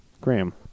Graham